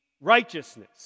righteousness